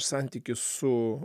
santykis su